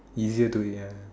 easier to eat ah